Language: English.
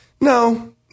No